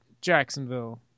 Jacksonville